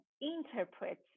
interpret